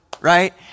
right